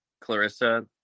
Clarissa